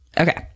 Okay